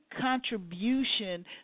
contribution